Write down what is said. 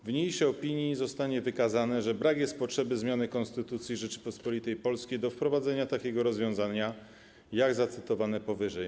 W niniejszej opinii zostanie wykazane, że brak jest potrzeby zmiany Konstytucji Rzeczypospolitej Polskiej do wprowadzenia takiego rozwiązania, jak zacytowane powyżej.